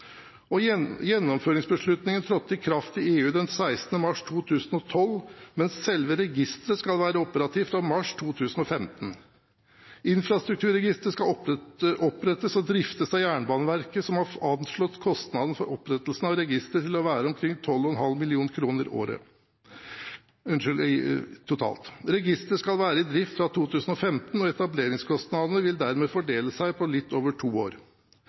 utenlandske jernbaneforetak. Gjennomføringsbeslutningen trådte i kraft i EU den 16. mars 2012, mens selve registeret skal være operativt fra mars 2015. Infrastrukturregisteret skal opprettes og driftes av Jernbaneverket, som har anslått kostnaden for opprettelsen av registeret til å være omkring 12,5 mill. kr totalt. Registeret skal være i drift fra 2015, og etableringskostnadene vil dermed fordele seg på litt over to år.